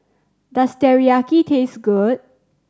does Teriyaki taste good